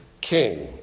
king